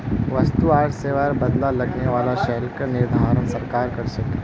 वस्तु आर सेवार बदला लगने वाला शुल्केर निर्धारण सरकार कर छेक